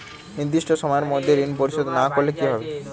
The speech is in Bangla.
নির্দিষ্ট সময়ে মধ্যে ঋণ পরিশোধ না করলে কি হবে?